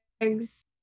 eggs